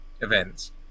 events